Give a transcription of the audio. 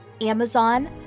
Amazon